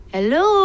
Hello